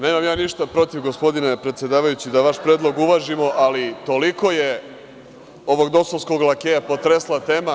Nemam ja ništa protiv, gospodine predsedavajući, da vaš predlog uvažimo, ali toliko je ovog DOS-ovskog lakeja potresla tema.